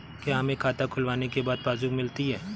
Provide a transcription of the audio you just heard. क्या हमें खाता खुलवाने के बाद पासबुक मिलती है?